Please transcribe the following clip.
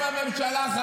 מי היה שר בממשלה קודם?